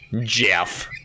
Jeff